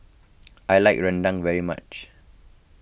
I like Rendang very much